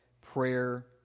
prayer